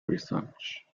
research